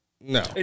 no